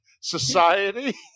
society